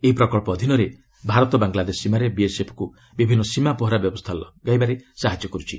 ଏହି ପ୍ରକଳ୍ପ ଅଧୀନରେ ଭାରତ ବାଂଲାଦେଶ ସୀମାରେ ବିଏସ୍ଏଫ୍କୃ ବିଭିନ୍ନ ସୀମା ପହରା ବ୍ୟବସ୍ଥା ଲଗାଇବାରେ ସାହାଯ୍ୟ କରୁଛି